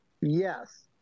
yes